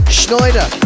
Schneider